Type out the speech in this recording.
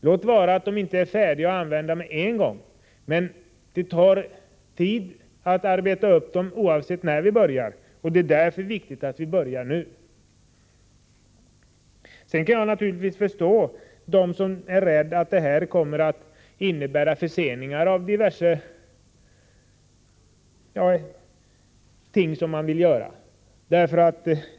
Låt vara att de inte kan utnyttjas med en gång. Det tar tid att arbeta upp dem, oavsett när vi börjar. Därför är det viktigt att vi börjar nu. Jag kan naturligtvis förstå dem som är rädda för att detta kommer att innebära förseningar av diverse ting som man vill göra.